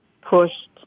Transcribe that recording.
pushed